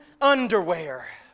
underwear